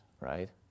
right